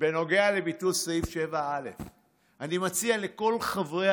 בנוגע לביטול סעיף 7א. אני מציע לכל חברי